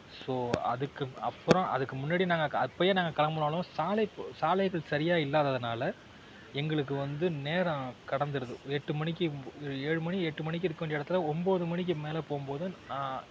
so அதுக்கு அப்புறம் அதுக்கு முன்னாடி நாங்கள் அப்பையே நாங்கள் கிளம்புனாலும் சாலை போ சாலைகள் சரியா இல்லாததுனால் எங்களுக்கு வந்து நேரம் கடந்துருது எட்டு மணிக்கு ஒரு ஏழு மணி எட்டு மணிக்கு இருக்க வேண்டிய இடத்துல ஒம்பது மணிக்கு மேலே போகும்போது